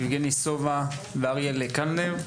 יבגני סובה ואריאל קלנר,